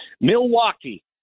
Milwaukee